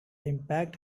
impact